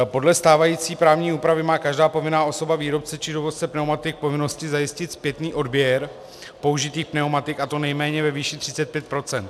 Podle stávající právní úpravy má každá povinná osoba výrobce či dovozce pneumatik povinnosti zajistit zpětný odběr použitých pneumatik, a to nejméně ve výši 35 %.